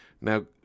Now